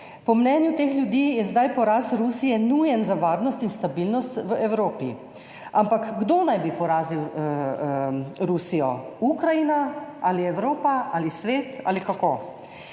Po mnenju teh ljudi je zdaj poraz Rusije nujen za varnost in stabilnost v Evropi. Ampak kdo naj bi porazil Rusijo? Ukrajina, Evropa, svet ali kako?